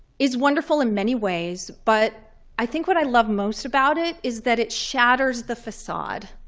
is wonderful in many ways. but i think what i love most about it is that it shatters the facade.